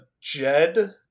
Jed